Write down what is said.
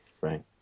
right